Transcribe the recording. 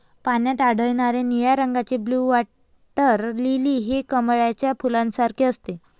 पाण्यात आढळणारे निळ्या रंगाचे ब्लू वॉटर लिली हे कमळाच्या फुलासारखे असते